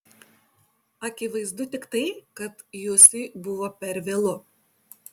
akivaizdu tik tai kad jusiui buvo per vėlu